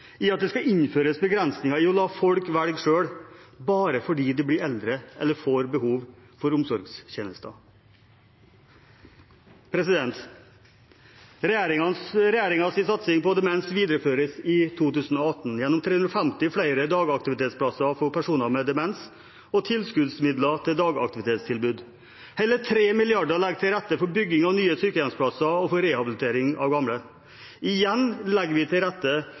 i at det skal innføres begrensninger på å la folk få velge selv, bare fordi de blir eldre eller får behov for omsorgstjenester. Regjeringens satsing på demens videreføres i 2018 gjennom 350 flere dagaktivitetsplasser for personer med demens og tilskuddsmidler til dagaktivitetstilbud. Hele 3 mrd. kr legger til rette for bygging av nye sykehjemsplasser og for rehabilitering av gamle. Igjen legger vi til rette